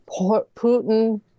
Putin